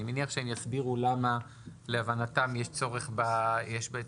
אני מניח שהם יסבירו למה להבנתם יש צורך בהגדרה.